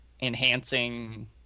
enhancing